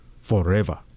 forever